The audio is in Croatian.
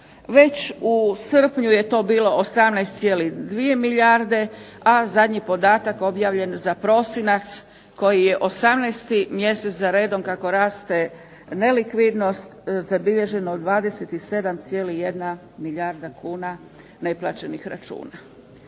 Već u srpnju je to bilo 18,2 milijarde, a zadnji podatak objavljen za prosinac koji je 18 mjesec za redom kako raste nelikvidnost zabilježeno je 27,1 milijarda kuna neplaćenih računa.